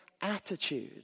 attitude